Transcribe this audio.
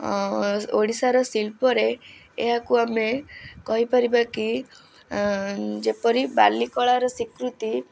ଓଡ଼ିଶାର ଶିଳ୍ପରେ ଏହାକୁ ଆମେ କହିପାରିବା କି ଯେପରି ବାଲି କଳାର ସ୍ୱୀକୃତି